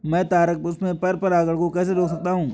मैं तारक पुष्प में पर परागण को कैसे रोक सकता हूँ?